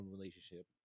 relationship